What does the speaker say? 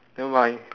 never mind